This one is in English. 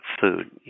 food